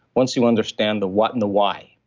once you understand the what and the why,